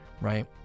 right